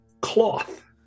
Cloth